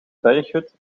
berghut